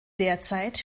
derzeit